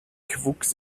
wuchs